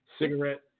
Cigarette